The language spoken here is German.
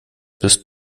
bist